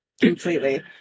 Completely